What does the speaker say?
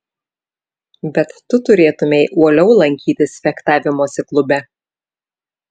bet tu turėtumei uoliau lankytis fechtavimosi klube